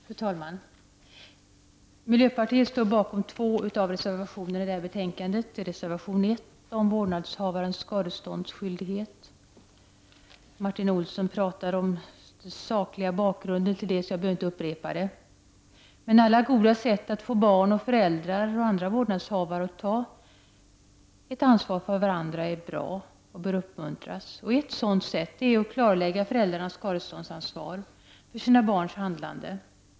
Fru talman! Miljöpartiet står bakom två av reservationerna i detta betänkande. Den ena är reservation I om vårdnadshavarens skadeståndsskyldighet. Martin Olsson har talat om den sakliga bakgrunden till reservationen, varför jag inte skall upprepa den. Alla goda sätt att få barn och föräldrar samt andra vårdnadshavare att ta ansvar för varandra bör tas till vara och uppmuntras. Ett sådant sätt är att klarlägga föräldrarnas skadeståndsansvar för barnens handlande.